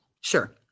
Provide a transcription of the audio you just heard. Sure